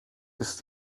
ist